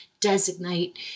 designate